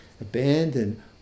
abandon